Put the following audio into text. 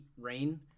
rain